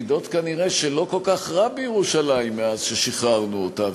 מעידה כנראה שלא כל כך רע בירושלים מאז שחררנו אותה,